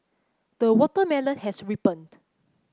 the watermelon has ripened